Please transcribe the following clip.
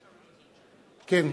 כן,